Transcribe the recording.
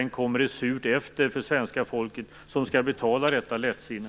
Sedan kommer det surt efter för svenska folket, som skall betala detta lättsinne.